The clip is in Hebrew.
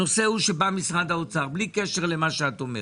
הנושא הוא שבא משרד האוצר, בלי קשר למה שאת אומרת,